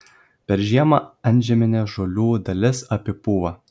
per žiemą antžeminė žolių dalis apipūva